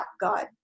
God